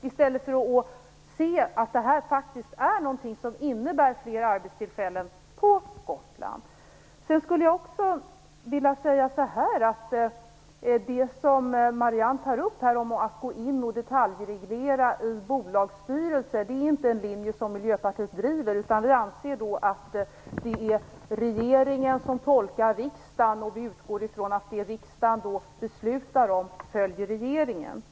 Man misstolkar det, i stället för att se att detta innebär fler arbetstillfällen på Marianne Andersson talar om att gå in och detaljreglera bolagsstyrelser. Det är inte en linje som vi driver inom Miljöpartiet. Vi anser att det är regeringen som tolkar riksdagen, och vi utgår ifrån att det som riksdagen fattar beslut om sedan följs av regeringen.